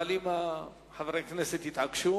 אם חברי הכנסת יתעקשו